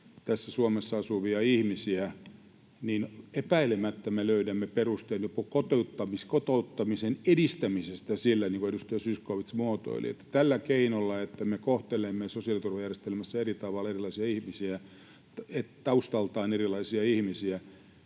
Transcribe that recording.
Suomessa asuvia ihmisiä, niin epäilemättä me löydämme perustelut kotouttamisen edistämisestä, niin kuin edustaja Zyskowicz muotoili — siis että tällä keinolla, että me kohtelemme sosiaaliturvajärjestelmässä eri tavalla taustaltaan erilaisia ihmisiä,